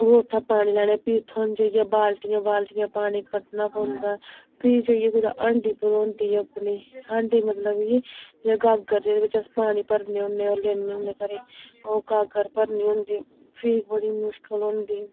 ओह् उत्थें पानी लैने फ्ही उत्थें लेइयै बालटियां बालटियां पानी कड्ढना पौंदा फ्ही जाइयै कुदै हांडी भरोंदी ऐ अपनी हांडी मतलब कि जेह्ड़ी गागर जेह्दे बिच्च अस पानी भरने होन्ने होर लेन्ने होन्ने घरै गी ओह् गागर भरनी होंदी फ्ही बड़ी मुस्कल होंदी